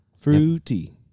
Fruity